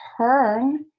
turn